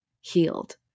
healed